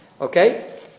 Okay